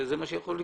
זה מה שיכול לקרות.